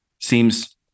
seems